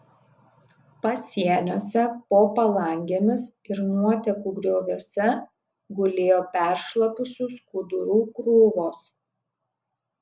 pasieniuose po palangėmis ir nuotekų grioviuose gulėjo peršlapusių skudurų krūvos